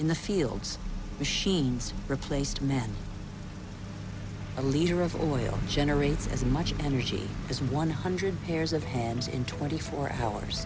in the fields machines replaced men a leader of the oil generates as much energy as one hundred pairs of heads in twenty four hours